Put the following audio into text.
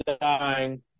dying